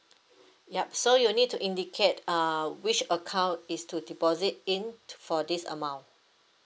yup so you need to indicate err which account is to deposit in to for this amount